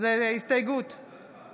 להוציא אותה בבקשה החוצה.